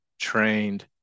trained